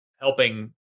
helping